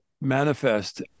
manifest